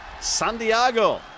Santiago